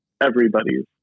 everybody's